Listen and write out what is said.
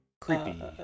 Creepy